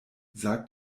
sag